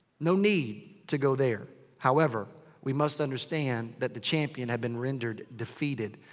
no need to go there. however, we must understand that the champion had been rendered defeated.